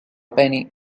penny